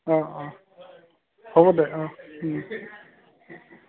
অঁ অঁ হ'ব দে অঁ